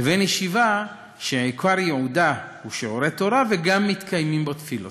לבין ישיבה שעיקר ייעודה הוא שיעורי תורה וגם מתקיימים בה תפילות.